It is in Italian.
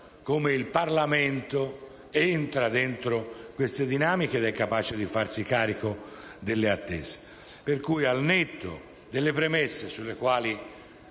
come il Parlamento entri in queste dinamiche e sia capace di farsi carico delle attese.